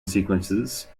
sequences